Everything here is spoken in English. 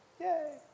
Yay